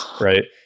Right